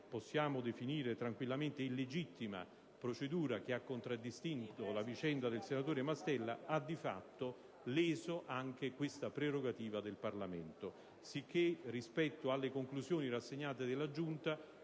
possiamo definirla tranquillamente così illegittima procedura che ha contraddistinto la vicenda del senatore Mastella ha di fatto leso anche questa prerogativa del Parlamento. Sicché, rispetto alle conclusioni rassegnate dalla Giunta,